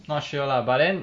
not sure lah but then